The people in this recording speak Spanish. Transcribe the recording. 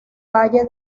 valle